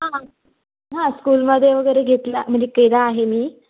हां हां स्कूलमध्ये वगैरे घेतला म्हणजे केला आहे मी